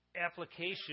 application